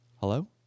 Hello